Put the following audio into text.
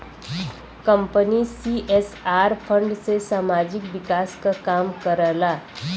company CSR fund से सामाजिक विकास क काम करला